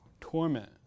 Torment